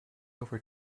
over